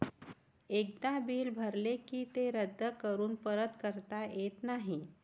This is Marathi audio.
एकदा बिल भरले की ते रद्द करून परत करता येत नाही